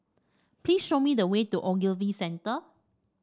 please show me the way to Ogilvy Centre